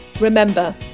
Remember